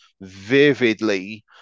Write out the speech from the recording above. vividly